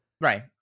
Right